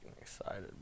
excited